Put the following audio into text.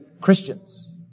Christians